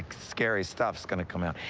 scary stuff's gonna come out.